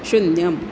शून्यम्